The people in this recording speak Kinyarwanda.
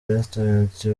restaurant